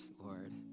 Lord